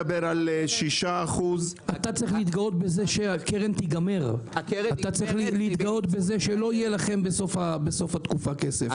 אתה צריך להתגאות בזה שהקרן תיגמר; בזה שלא יהיה לכם כסף בסוף התקופה.